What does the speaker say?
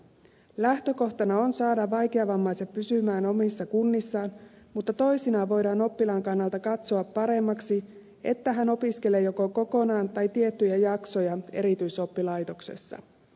lähtökohtana on saada vaikeavammaiset pysymään omissa kunnissaan mutta toisinaan voidaan oppilaan kannalta katsoa paremmaksi että hän opiskelee joko kokonaan tai tiettyjä jaksoja erityisoppilaitoksessa